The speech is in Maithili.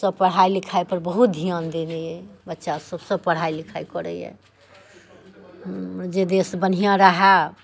सब पढ़ाइ लिखाइ पर बहुत ध्यान देने अय बच्चा सब पढ़ाइ लिखाइ करैये जे देश बढ़िया रहे